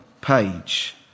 page